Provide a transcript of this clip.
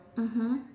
mmhmm